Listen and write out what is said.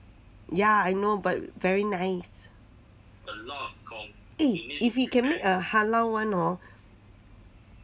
ya I know but very nice eh if he can make a halal [one] hor